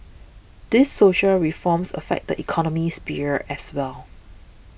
these social reforms affect the economic sphere as well